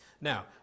Now